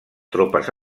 tropes